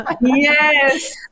Yes